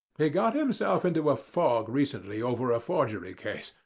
he got himself into a fog recently over a forgery case,